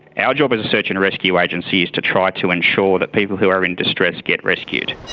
our job as a search and rescue agency is to try to ensure that people who are in distress get rescued.